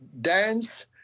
dance